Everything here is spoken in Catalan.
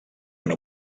una